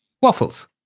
waffles